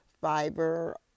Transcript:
fiber